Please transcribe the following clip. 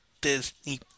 Disney